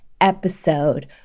episode